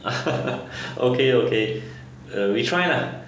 okay okay uh we try lah